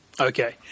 Okay